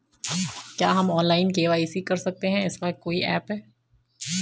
क्या हम online KYC कर सकते हैं इसका कोई ऐप है?